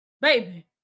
baby